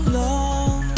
long